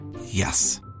Yes